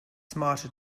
smarter